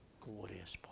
glorious